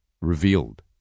revealed